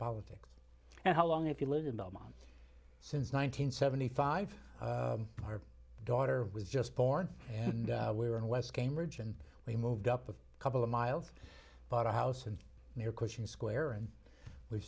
politics and how long have you lived in the home since one nine hundred seventy five our daughter was just born and we were in west cambridge and we moved up a couple of miles bought a house and near cushing square and we